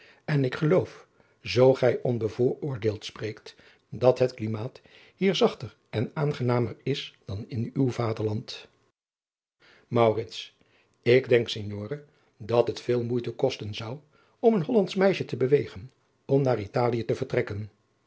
en ik geloof zoo gij onbevooroordeeld spreekt dat het klimaat hier zachter en aangenamer is dan in uw vaderland maurits ik denk signore dat het veel moeite kosten zou om een hollandsch meisje te bewegen om naar italie te vertrekken